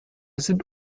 sind